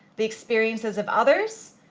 the experiences of others,